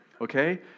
Okay